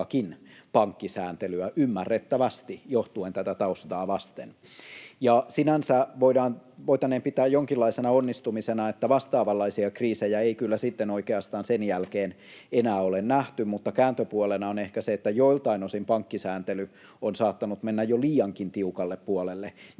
pankkisääntelyä — ymmärrettävästi, tätä taustaa vasten. Ja sinänsä voitaneen pitää jonkinlaisena onnistumisena, että vastaavanlaisia kriisejä ei kyllä oikeastaan sen jälkeen enää ole nähty, mutta kääntöpuolena on ehkä se, että joiltain osin pankkisääntely on saattanut mennä jo liiankin tiukalle puolelle, mikä